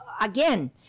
again